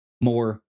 more